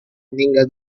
meninggal